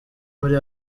muri